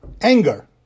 anger